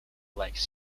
like